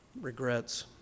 regrets